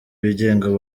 bigenga